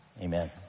Amen